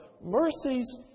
mercies